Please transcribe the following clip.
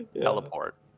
Teleport